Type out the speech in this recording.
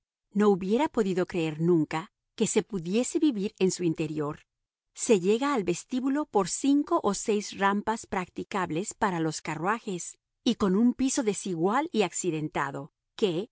no hubiera podido creer nunca que se pudiese vivir en su interior se llega al vestíbulo por cinco o seis rampas practicables para los carruajes y con un piso desigual y accidentado que